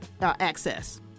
access